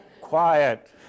quiet